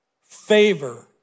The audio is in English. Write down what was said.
Favor